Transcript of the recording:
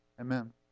amen